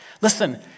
Listen